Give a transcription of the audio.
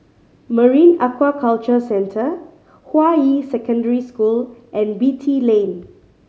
Marine Aquaculture Centre Hua Yi Secondary School and Beatty Lane